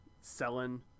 selling